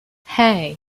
hey